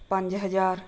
ਪੰਜ ਹਜ਼ਾਰ